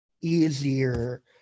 easier